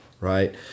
right